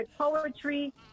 Poetry